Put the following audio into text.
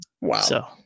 wow